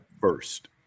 first